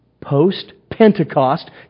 post-Pentecost